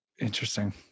Interesting